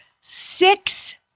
six